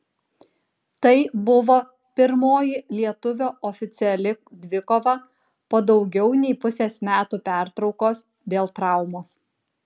tai buvo pirmoji lietuvio oficiali dvikova po daugiau nei pusės metų pertraukos dėl traumos